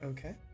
Okay